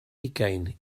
hugain